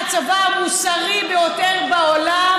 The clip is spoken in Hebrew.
הצבא המוסרי ביותר בעולם,